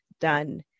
done